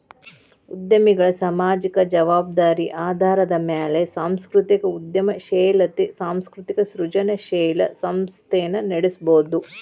ಉದ್ಯಮಿಗಳ ಸಾಮಾಜಿಕ ಜವಾಬ್ದಾರಿ ಆಧಾರದ ಮ್ಯಾಲೆ ಸಾಂಸ್ಕೃತಿಕ ಉದ್ಯಮಶೇಲತೆ ಸಾಂಸ್ಕೃತಿಕ ಸೃಜನಶೇಲ ಸಂಸ್ಥೆನ ನಡಸಬೋದು